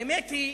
האמת היא,